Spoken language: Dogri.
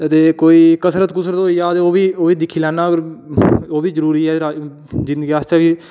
ते कोई कसरत कुसरत होई जां ओह् बी दिक्खी लैन्ना अगर ओह्बी जरूरी ऐ अज्ज जिंदगी आस्तै बी